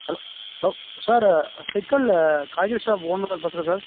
hello hello sir சிக்கல் காய்கறி shop ஓனரா பேசுவது சார்